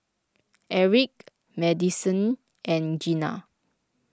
Erik Madisyn and Jena